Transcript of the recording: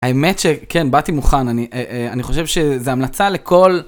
האמת שכן, באתי מוכן. אני חושב שזו המלצה לכל...